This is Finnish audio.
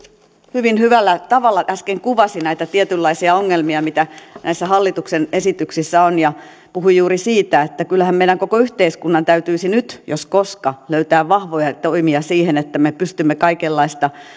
hyvin hyvällä tavalla äsken kuvasi näitä tietynlaisia ongelmia mitä näissä hallituksen esityksissä on ja puhui juuri siitä että kyllähän meidän koko yhteiskunnan täytyisi nyt jos koska löytää vahvoja toimia siihen että me pystymme kaikenlaista